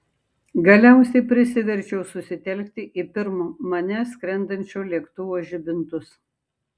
galiausiai prisiverčiau susitelkti į pirm manęs skrendančio lėktuvo žibintus